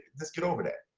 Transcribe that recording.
just get over that.